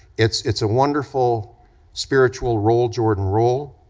it's it's a wonderful spiritual, roll, jordan, roll,